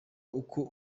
uko